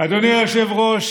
אדוני היושב-ראש,